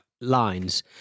lines